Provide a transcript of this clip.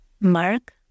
Mark